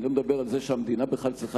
אני לא מדבר על זה שהמדינה בכלל צריכה,